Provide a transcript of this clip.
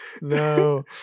No